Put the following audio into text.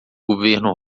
governo